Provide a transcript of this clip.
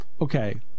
Okay